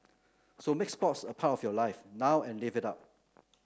so make sports a part of your life now and live it up